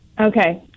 Okay